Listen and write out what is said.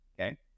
okay